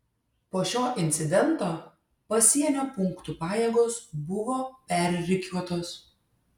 po šio incidento pasienio punktų pajėgos buvo perrikiuotos